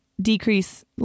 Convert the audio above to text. decrease